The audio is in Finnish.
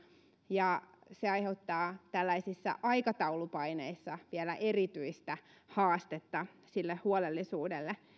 ja se aiheuttaa tällaisissa aikataulupaineissa vielä erityistä haastetta sille huolellisuudelle